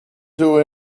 two